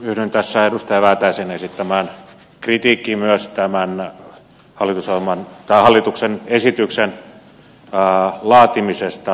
yhdyn tässä edustaja väätäisen esittämään kritiikkiin myös tämän hallituksen esityksen laatimisesta